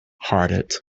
hearted